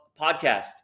podcast